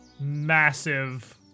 massive